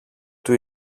του